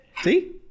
See